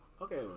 Okay